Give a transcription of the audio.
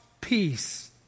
peace